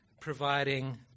providing